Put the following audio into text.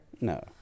No